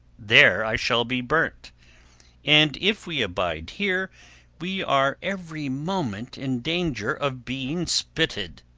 there i shall be burnt and if we abide here we are every moment in danger of being spitted.